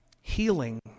healing